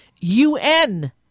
UN